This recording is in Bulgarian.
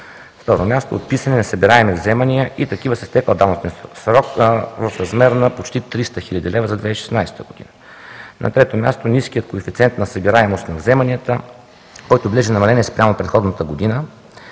второ място, отписани несъбираеми вземания и такива с изтекъл давностен срок в размер на почти 300 хил. лв. за 2016 г. На трето място, ниският коефициент на събираемост на вземанията, който бележи намаление спрямо предходната година.